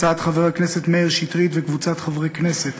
הצעת חבר הכנסת מאיר שטרית וקבוצת חברי הכנסת,